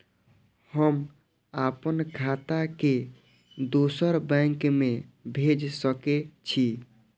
हम आपन खाता के दोसर बैंक में भेज सके छी?